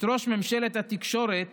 את ראש ממשלת התקשורת